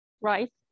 right